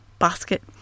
basket